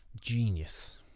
Genius